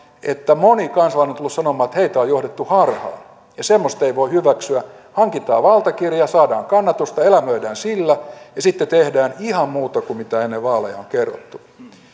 että moni kansalainen on tullut sanomaan että heitä on on johdettu harhaan semmoista ei voi hyväksyä että hankitaan valtakirja saadaan kannatusta elämöidään sillä ja sitten tehdään ihan muuta kuin mitä ennen vaaleja on kerrottu